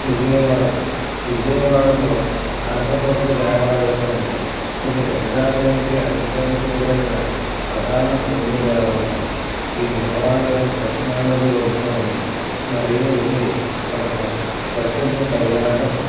విజయవాడ విజయవాడలో కనకదుర్గ దేవాలయం ఉంది ఇది దుర్గాదేవికి అంకితం చేయబడిన ప్రధాన హిందూ దేవాలయం ఈ దేవాలయం కృష్ణా నది ఒడ్డున ఉంది మరియు ఇది ఒక ప్ర ప్రసిద్ధ పర్యటన